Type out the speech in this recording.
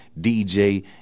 DJ